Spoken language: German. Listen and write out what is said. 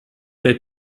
der